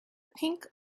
pink